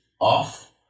off